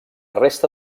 resta